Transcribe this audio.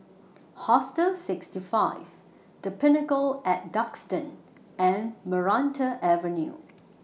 Hostel sixty five The Pinnacle At Duxton and Maranta Avenue